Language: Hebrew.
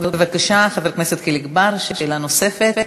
בבקשה, חבר הכנסת חיליק בר, שאלה נוספת.